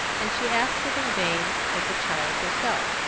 and she asked it in vain of the child herself,